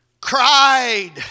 cried